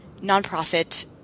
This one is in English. nonprofit